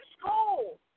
school